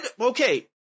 Okay